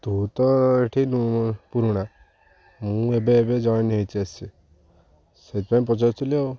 ତୁ ତ ଏଠି ପୁରୁଣା ମୁଁ ଏବେ ଏବେ ଜଏନ୍ ହେଇଛି ଆସି ସେଇଥିପାଇଁ ପଚାରୁଥିଲି ଆଉ